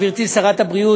גברתי שרת הבריאות,